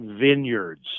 vineyards